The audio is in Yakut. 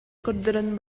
көрдөрөн